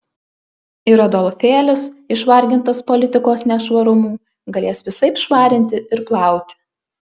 ir adolfėlis išvargintas politikos nešvarumų galės visaip švarinti ir plauti